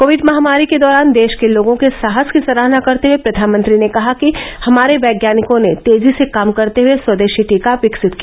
Covid महामारी के दौरान देश के लोगों के साहस की सराहना करते हुए प्रधानमंत्री ने कहा कि हमारे वैज्ञानिकों ने तेजी से काम करते हुए स्वदेशी टीका विकसित किया